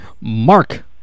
Mark